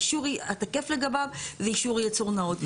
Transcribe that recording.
האישור התקף לגביו זה אישור ייצור נאות.